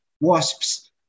wasps